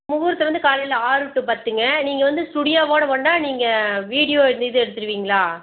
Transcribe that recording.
முகூர்த்தம் வந்து காலையில் ஆறு டூ பத்துங்க நீங்கள் வந்து ஸ்டூடியோவோடு வந்தால் நீங்கள் வீடியோ இது எடுத்துடுவீங்களா